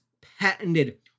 patented